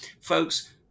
folks